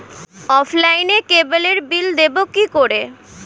অফলাইনে ক্যাবলের বিল দেবো কি করে?